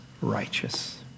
righteous